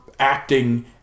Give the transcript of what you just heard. acting